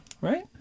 right